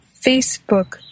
Facebook